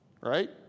right